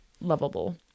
lovable